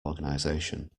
organisation